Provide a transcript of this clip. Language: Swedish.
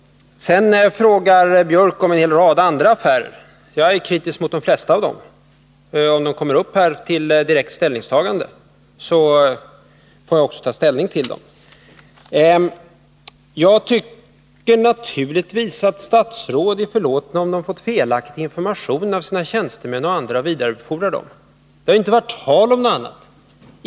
Sedan frågar Anders Björck om en hel rad andra affärer. Jag är kritisk mot de flesta av dem. Om de kommer upp här i kammaren till direkt behandling, får jag ta ställning till dem. Jag tycker naturligtvis att statsråd är förlåtna, om de fått felaktig information av sina tjänstemän och andra och vidarebefordrar denna. Det har inte varit tal om något annat.